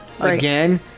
Again